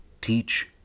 Teach